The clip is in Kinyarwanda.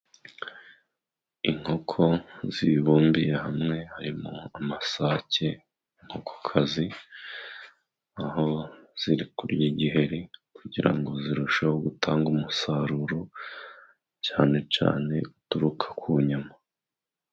Inkoko zibumbiye hamwe harimo amasake, inkokokazi, aho ziri kurya igiheri kugira ngo zirusheho gutanga umusaruro, cyane cyane uturuka ku nyama.